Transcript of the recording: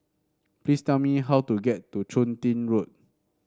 please tell me how to get to Chun Tin Road